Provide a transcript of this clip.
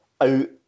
out